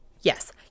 yes